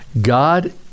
God